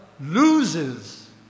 loses